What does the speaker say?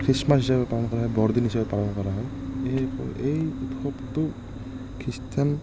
Christmas হিচাপে পালন কৰা হয় বৰদিন হিচাপে পালন কৰা হয় এই এই উৎসৱটো খ্ৰীষ্টান